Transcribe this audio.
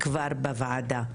כבר בוועדה,